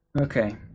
Okay